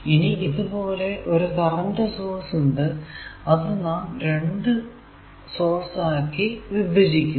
ഇനി ഇതുപോലെ ഒരു കറന്റ് സോഴ്സ് ഉണ്ട് അത് നാം രണ്ടു സോഴ്സ് ആക്കി വിഭജിക്കുന്നു